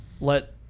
let